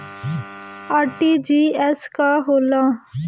RTGS का होला?